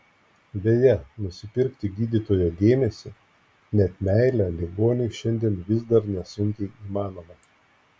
beje nusipirkti gydytojo dėmesį net meilę ligoniui šiandien vis dar nesunkiai įmanoma